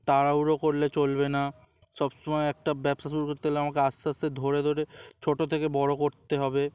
তাড়াহুড়ো করলে চলবে না সবসময় একটা ব্যবসা শুরু করতে গেলে আমাকে আস্তে আস্তে ধরে ধরে ছোট থেকে বড় করতে হবে